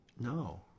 No